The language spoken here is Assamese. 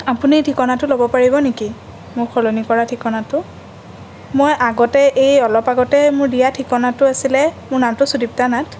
আপুনি ঠিকনাটো ল'ব পাৰি নেকি মোক সলনি কৰা ঠিকনাটো মই আগতে এই অলপ আগতে মোৰ দিয়া ঠিকনাটো আছিলে মোৰ নামটো সুদিপ্তা নাথ